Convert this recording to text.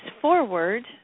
forward